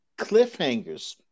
Cliffhangers